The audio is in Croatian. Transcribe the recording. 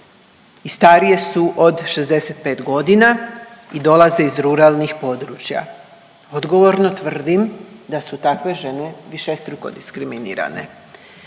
starije su od 65 godina i dolaze iz ruralnih područja. Odgovorno tvrdim da su takve žene višestruko diskriminirane